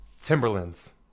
Timberlands